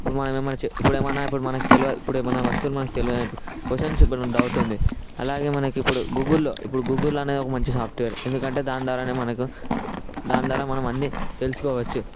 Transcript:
ఇప్పుడు మనం ఏమన్నా ఇప్పుడు ఏమన్నా ఇప్పుడు మనకు తెలవదు ఇప్పుడు ఏమైన్నా వస్తువులు మనకు తెలవక క్వశ్చన్స్ ఇప్పుడు డౌట్ ఉంది అలాగే మనకి ఇప్పుడు గూగుల్లో ఇప్పుడు గూగుల్ అనే ఒక మంచి సాఫ్ట్వేర్ ఎందుకంటే దాని ద్వారా మనకు దాని ద్వారా మనము అన్నీ తెలుసుకోవచ్చు